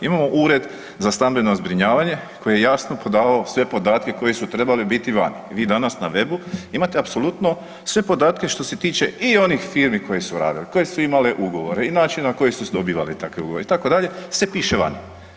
Imamo Ured za stambeno zbrinjavanje koje je jasno davao sve podatke koji su trebali biti vani i vi danas na webu imate apsolutno sve podatke što se tiče i onih firmi koje su radile, koje su imale ugovore i način na koji su dobivale takve ugovore itd., sve piše vani.